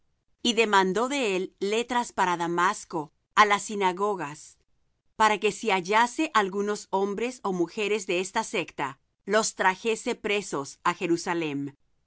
y demandó de él letras para damasco á las sinagogas para que si hallase algunos hombres ó mujeres de esta secta los trajese presos á jerusalem